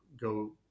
go